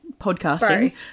podcasting